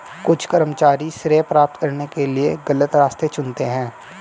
कुछ कर्मचारी श्रेय प्राप्त करने के लिए गलत रास्ते चुनते हैं